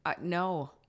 no